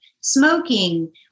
smoking